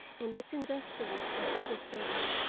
and as industrious as he was brave.